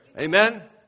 Amen